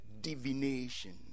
divination